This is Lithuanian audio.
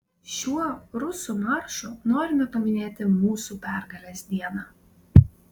šiuo rusų maršu norime paminėti mūsų pergalės dieną